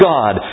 God